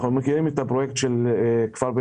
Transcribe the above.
אנחנו מכירים את הפרויקט של כפר...